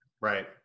right